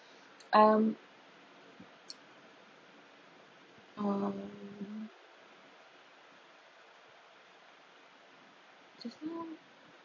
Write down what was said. um um just now